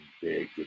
Big